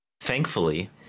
Thankfully